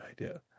idea